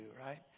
right